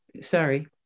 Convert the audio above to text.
sorry